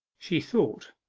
she thought,